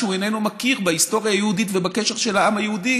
שהוא איננו מכיר בהיסטוריה היהודית ובקשר של העם היהודי